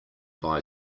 buy